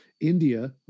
India